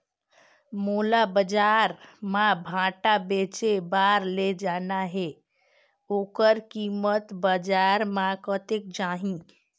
मोला बजार मां भांटा बेचे बार ले जाना हे ओकर कीमत बजार मां कतेक जाही?